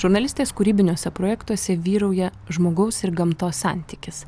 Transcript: žurnalistės kūrybiniuose projektuose vyrauja žmogaus ir gamtos santykis